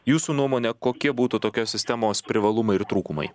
jūsų nuomone kokie būtų tokios sistemos privalumai ir trūkumai